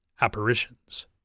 apparitions